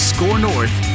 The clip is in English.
ScoreNorth